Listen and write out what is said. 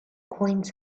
coins